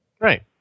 Right